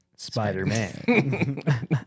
Spider-Man